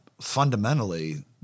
fundamentally